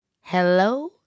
Hello